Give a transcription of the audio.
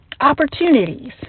opportunities